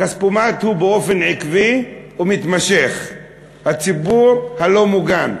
הכספומט הוא באופן עקבי ומתמשך הציבור הלא-מוגן,